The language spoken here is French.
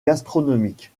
gastronomique